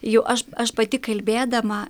jau aš aš pati kalbėdama